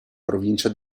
provincia